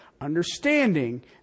Understanding